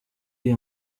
iyi